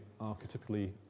archetypically